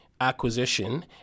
acquisition